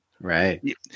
Right